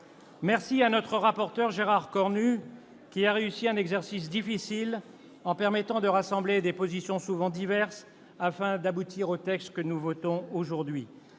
Merci à M. le rapporteur, Gérard Cornu, qui a réussi un exercice difficile en permettant de rassembler des positions souvent diverses, afin d'aboutir au texte que nous allons voter aujourd'hui.